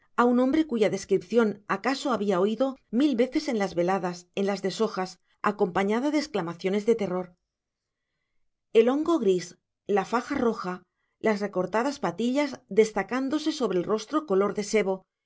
a un hombre cuya descripción acaso había oído mil veces en las veladas en las deshojas acompañada de exclamaciones de terror el hongo gris la faja roja las recortadas patillas destacándose sobre el rostro color de sebo